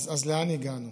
אז לאן הגענו?